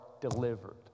delivered